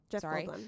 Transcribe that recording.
sorry